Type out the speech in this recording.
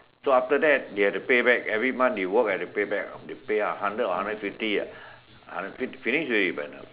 so after that he have to pay back every month you work have to pay back they pay hundred or hundred and fifty ah finish already by now